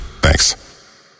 Thanks